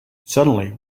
suddenly